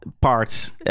parts